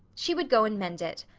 she would go and mend it.